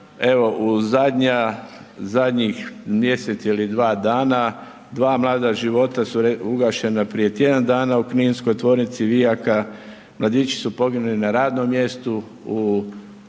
u zadnjih mjesec ili dva dana, dva mlada života su ugašena prije tjedan dana u Kninskoj tvornici vijaka, mladići su poginuli na radnom mjestu, u